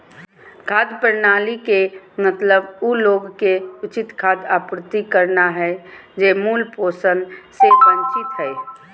खाद्य प्रणाली के मतलब उ लोग के उचित खाद्य आपूर्ति करना हइ जे मूल पोषण से वंचित हइ